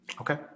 Okay